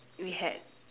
we had